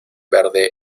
verde